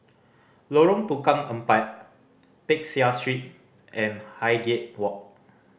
Lorong Tukang Empat Peck Seah Street and Highgate Walk